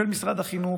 של משרד החינוך,